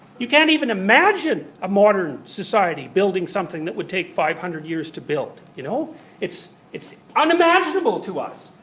you can't even imagine a modern society building something that would take five hundred years to build. you know it's it's unimaginable to us.